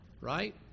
Right